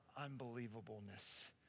unbelievableness